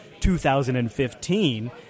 2015